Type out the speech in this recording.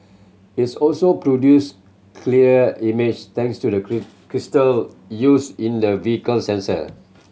its also produce clearer image thanks to the crystal used in the vehicle's sensor